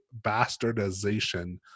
bastardization